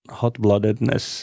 hot-bloodedness